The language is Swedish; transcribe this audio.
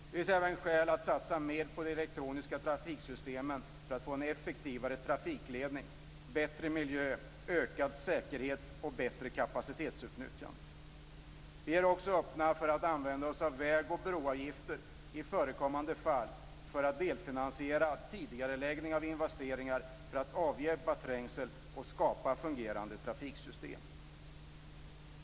Det finns även skäl att satsa mera på elektroniska trafiksystem för att få en effektivare trafikledning, en bättre miljö, en ökad säkerhet och ett bättre kapacitetsutnyttjande. Vi är också öppna för att i förekommande fall använda väg och broavgifter för att delfinansiera tidigareläggning av investeringar, för att avhjälpa trängsel och för att skapa fungerande trafiksystem.